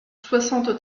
soixante